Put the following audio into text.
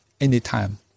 anytime